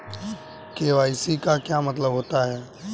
KYC का क्या मतलब होता है?